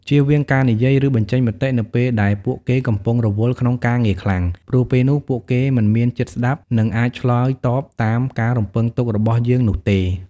ជៀសវាងការនិយាយ ឬបញ្ចេញមតិ នៅពេលដែលពួកគេកំពុងរវល់ក្នុងការងារខ្លាំង ព្រោះពេលនោះពួកគេមិនមានចិត្តស្តាប់ និងអាចឆ្លើយតបតាមការរំពឹងទុករបស់យើងនោះទេ។